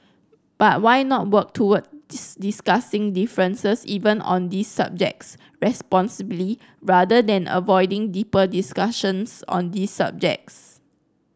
but why not work towards discussing differences even on these subjects responsibly rather than avoiding deeper discussions on these subjects